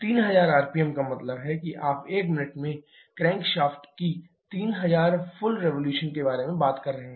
3000 RPM का मतलब है कि आप एक मिनट में क्रैंकशाफ्ट की 3000 फुल रिवोल्यूशन के बारे में बात कर रहे हैं